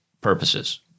purposes